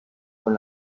con